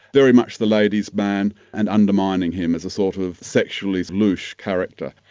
very much the ladies' man and undermining him as a sort of sexually louche character.